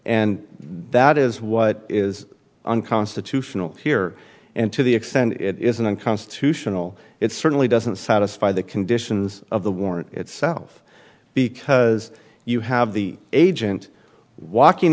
and that is what is unconstitutional here and to the extent it isn't unconstitutional it certainly doesn't satisfy the conditions of the warrant itself because you have the agent walking